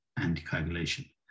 anticoagulation